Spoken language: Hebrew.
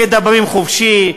מדברים חופשי.